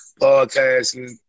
podcasting